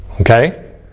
Okay